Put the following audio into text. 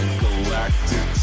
galactic